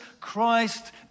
Christ